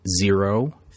zero